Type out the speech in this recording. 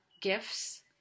gifts